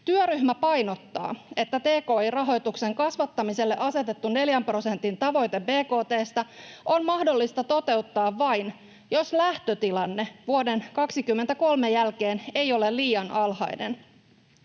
Työryhmä painottaa, että tki-rahoituksen kasvattamiselle asetettu 4 prosentin tavoite bkt:sta on mahdollista toteuttaa vain, jos lähtötilanne vuoden 23 jälkeen ei ole liian alhainen.